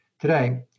Today